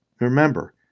Remember